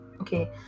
okay